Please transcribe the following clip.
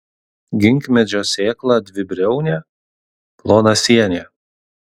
ginkmedžio sėkla dvibriaunė plonasienė